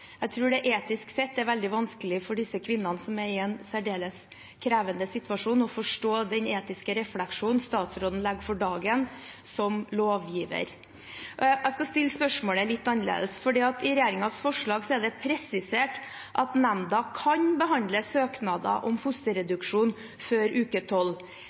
Jeg tror det etisk sett er veldig vanskelig for disse kvinnene, som er i en særdeles krevende situasjon, å forstå den etiske refleksjonen statsråden som lovgiver legger for dagen. Jeg skal stille spørsmålet litt annerledes. I regjeringens forslag er det presisert at nemnden kan behandle søknader om fosterreduksjon før uke